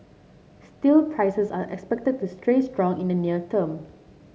steel prices are expected to street strong in the near term